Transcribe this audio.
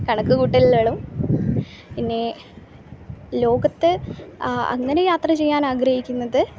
കണക്ക് കൂട്ടലുകളും പിന്നെ ലോകത്ത് അങ്ങനെ യാത്ര ചെയ്യാനാഗ്രഹിക്കുന്നത്